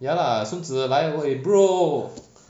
ya lah 孙子来喂 bro